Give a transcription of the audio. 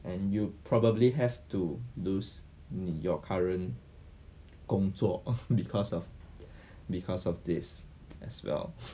and you probably have to lose your current 工作 because of because of this as well